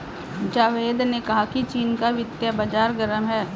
जावेद ने कहा कि चीन का वित्तीय बाजार गर्म है